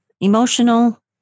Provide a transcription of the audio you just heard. emotional